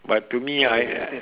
but to me I I